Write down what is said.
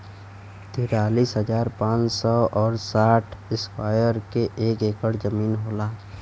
तिरालिस हजार पांच सौ और साठ इस्क्वायर के एक ऐकर जमीन होला